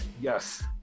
Yes